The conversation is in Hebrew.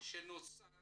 שנוצר